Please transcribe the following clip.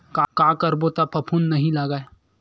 का करबो त फफूंद नहीं लगय?